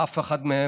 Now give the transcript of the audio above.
אף אחד מהם